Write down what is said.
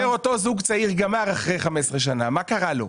כאשר אותו זוג צעיר גמר אחרי 15 שנה, מה קרה לו?